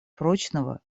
прочного